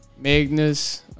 Magnus